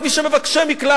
את מי שהם מבקשי מקלט,